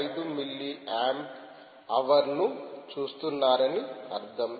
5 milliamp hour ను చూస్తున్నారని అర్థం